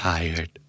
Tired